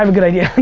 um good idea.